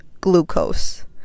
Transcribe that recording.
glucose